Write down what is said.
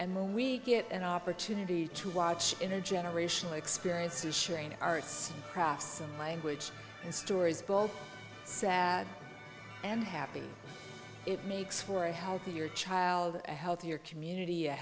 then we get an opportunity to watch in a generational experiences sharing arts and crafts and language and stories both sad and happy it makes for a healthier child a healthier community a